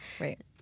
right